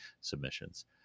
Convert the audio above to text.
submissions